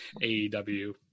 AEW